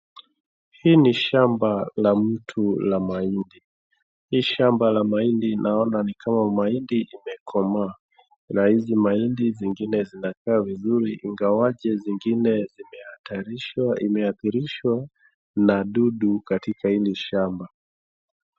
Hii ni shamba la mtu la mahindi. Hii shamba la mahindi naona ni kama mahindi imekomaa na hizi mahindi zingine zinakaa vizuri ingawaje zingine zimehatarishwa imehadhirishwa na dudu katika hili shamba.